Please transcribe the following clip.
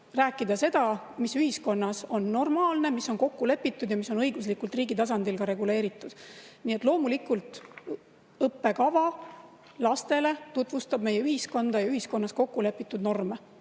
rääkida seda, mis ühiskonnas on normaalne, mis on kokku lepitud ja mis on õiguslikult riigi tasandil ka reguleeritud. Nii et loomulikult tutvustab õppekava lastele meie ühiskonda ja ühiskonnas kokku lepitud norme.